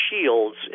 shields